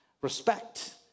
respect